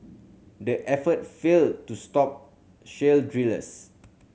the effort failed to stop shale drillers